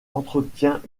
entretiennent